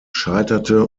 scheiterte